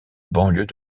banlieues